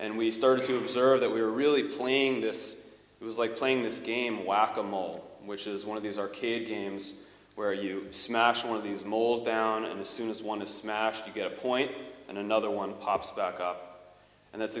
and we started to observe that we were really playing this it was like playing this game whack a mole which is one of these are kid games where you smash one of these moles down and as soon as want to smash to get a point and another one pops back up and that's